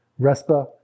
RESPA